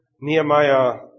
Nehemiah